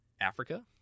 Africa